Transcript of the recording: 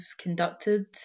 conducted